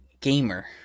gamer